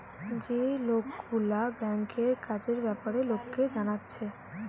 যে লোকগুলা ব্যাংকের কাজের বেপারে লোককে জানাচ্ছে